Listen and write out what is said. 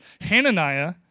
Hananiah